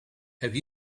have